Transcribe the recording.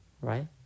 Right